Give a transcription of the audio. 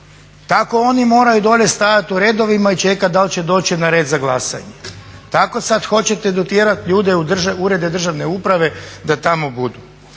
Tako oni moraju dolje stajat u redovima i čekat da l' će doći na red za glasanje, tako sad hoćete dotjerat ljude u urede državne uprave da tamo budu.